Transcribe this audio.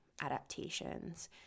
adaptations